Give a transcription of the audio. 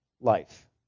life